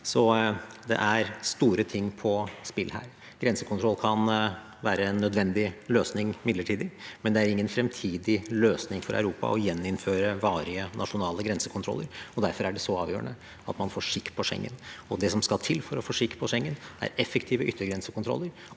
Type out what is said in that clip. Så det er store ting på spill her. Grensekontroll kan være en nødvendig løsning midlertidig, men det er ingen fremtidig løsning for Europa å gjeninnføre varige nasjonale grensekontroller, og derfor er det så avgjørende at man får skikk på Schengen. Og det som skal til for å få skikk på Schengen, er effektive yttergrensekontroller